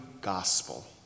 gospel